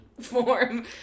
form